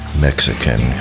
Mexican